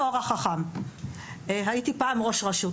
בחינוך, הייתי פעם ראש רשות.